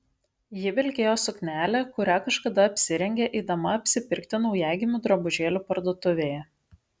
ji vilkėjo suknelę kurią kažkada apsirengė eidama apsipirkti naujagimių drabužėlių parduotuvėje